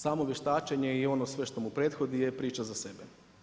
Samo vještačenje i ono sve što mu prethodi je priča za sebe.